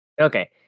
okay